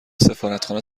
سفارتخانه